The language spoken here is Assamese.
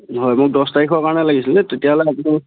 হয় মোক দহ তাৰিখৰ কাৰণে লাগিছিলে তেতিয়ালে ৰাখি দিব